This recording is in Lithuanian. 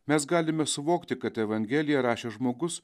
mes galime suvokti kad evangeliją rašė žmogus